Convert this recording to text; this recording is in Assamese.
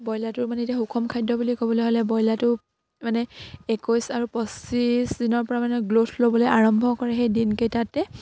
ব্ৰইলাৰটোৰ মানে এতিয়া সুষম খাদ্য বুলি ক'বলৈ হ'লে ব্ৰইলাৰটোক মানে একৈছ আৰু পঁচিছ দিনৰ পৰা মানে গ্ৰ'থ ল'বলে আৰম্ভ কৰে সেই দিনকেইটাতে